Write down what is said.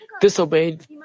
disobeyed